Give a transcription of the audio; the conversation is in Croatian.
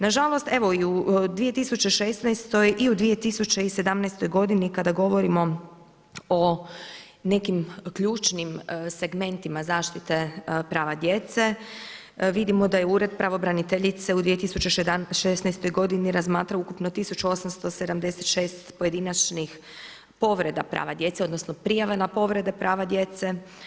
Nažalost evo i u 2016. i u 2017. godini kada govorimo o nekim ključnim segmentima zaštite prava djece, vidimo da je Ured pravobraniteljice u 2016. godini razmatrao ukupno 1876 pojedinačnih povreda prava djece odnosno prijave na povrede prava djece.